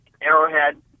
Arrowhead